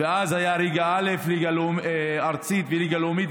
ואז היו ליגה ארצית וליגה לאומית,